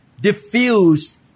diffuse